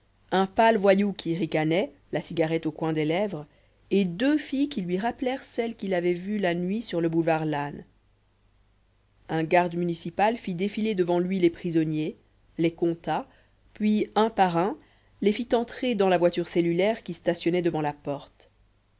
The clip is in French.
un pâle voyou qui ricanait la cigarette au coin des lèvres et deux filles qui lui rappelèrent celle qu'il avait vue la nuit sur le boulevard lannes un garde municipal fit défiler devant lui les prisonniers les compta puis un par un les fit monter dans la voiture cellulaire qui stationnait devant la porte